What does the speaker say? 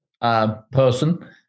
person